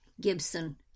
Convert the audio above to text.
Gibson